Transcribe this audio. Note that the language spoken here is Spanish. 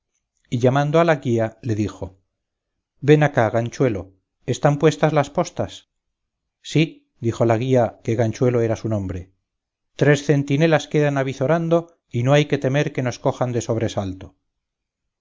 y llamando a la guía le dijo ven acá ganchuelo están puestas las postas sí dijo la guía que ganchuelo era su nombre tres centinelas quedan avizorando y no hay que temer que nos cojan de sobresalto